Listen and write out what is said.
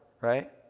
right